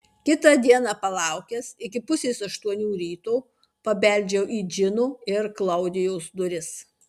kitą dieną palaukęs iki pusės aštuonių ryto pabeldžiau į džino ir klaudijos duris